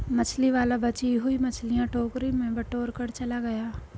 मछली वाला बची हुई मछलियां टोकरी में बटोरकर चला गया